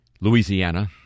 Louisiana